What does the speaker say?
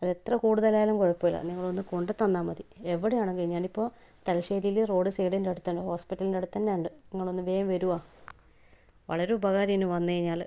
അത് എത്ര കൂടുതലായാലും കുഴപ്പം ഇല്ല നിങ്ങളൊന്ന് കൊണ്ടുത്തന്നാൽ മതി എവിടെയാണെങ്കിലും ഞാൻ ഇപ്പോൾ തലശ്ശേരിയിൽ റോഡ് സൈഡിൻ്റെ അടുത്താണ് ഹോസ്പിറ്റലിന്റെ അടുത്ത് തന്നെ ഉണ്ട് നിങ്ങളൊന്ന് വേഗം വരുമോ വളരെ ഉപകാരായിനു വന്ന് കഴിഞ്ഞാൽ